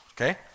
okay